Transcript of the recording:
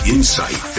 Insight